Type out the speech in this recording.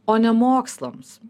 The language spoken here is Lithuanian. o ne mokslams